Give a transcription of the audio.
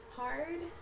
hard